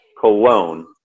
cologne